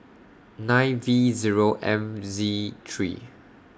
nine V Zero M Z three